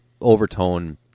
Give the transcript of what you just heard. Overtone